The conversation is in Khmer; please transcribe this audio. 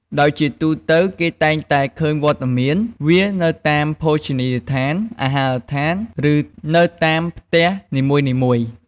ដោយជាទូទៅគេតែងតែឃើញវត្តមានវានៅតាមភោជនីយដ្ឋាន អាហារដ្ឋាន ឬនៅតាមផ្ទះនីមួយៗ។